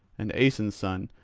and aeson's son,